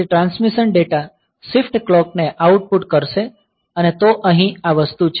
તેથી transmit data shift clock ને output કરશે અને તો અહીં આ વસ્તુ છે